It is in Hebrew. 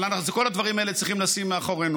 אבל את כל הדברים האלה צריכים לשים מאחורינו.